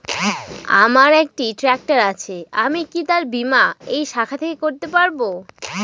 আমার একটি ট্র্যাক্টর আছে আমি কি তার বীমা এই শাখা থেকে করতে পারব?